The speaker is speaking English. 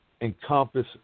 encompass